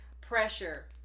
pressure